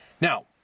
Now